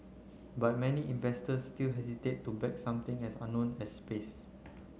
but many investors still hesitate to back something as unknown as space